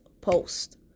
post